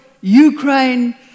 Ukraine